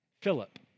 Philip